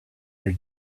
your